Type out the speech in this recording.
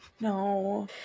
no